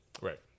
Right